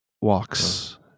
walks